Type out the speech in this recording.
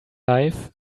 life